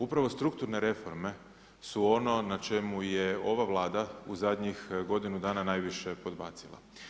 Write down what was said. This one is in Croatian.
Upravo strukturne reforme su ono na čemu je ova Vlada u zadnjih godinu dana najviše podbacila.